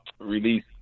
release